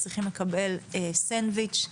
צריכים לקבל סנדוויץ',